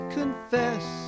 confess